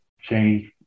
change